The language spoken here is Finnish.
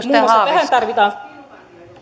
muassa tähän tarvitaan